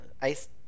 ice